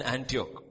Antioch